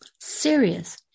serious